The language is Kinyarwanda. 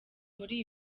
muri